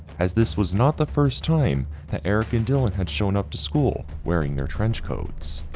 as this was not the first time that eric and dylan had shown up to school wearing their trench coats.